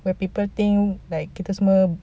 where people think like kita semua